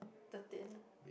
thirteen